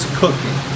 cooking